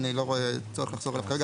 אני לא רואה צורך לחזור עליו כרגע,